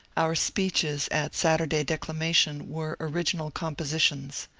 our speeches at saturday declamation were original composi tions.